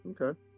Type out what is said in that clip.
Okay